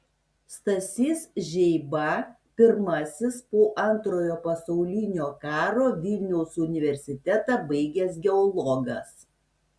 stasys žeiba pirmasis po antrojo pasaulinio karo vilniaus universitetą baigęs geologas